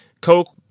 Coke